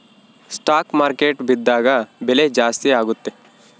stock market ಬಿದ್ದಾಗ ಬೆಲೆ ಜಾಸ್ತಿ ಆಗುತ್ತೆ